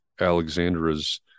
Alexandra's